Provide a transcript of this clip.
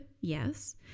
yes